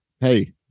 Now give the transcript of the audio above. hey